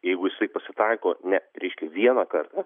jeigu jisai pasitaiko ne reiškia vieną kartą